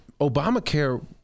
Obamacare